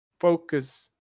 focus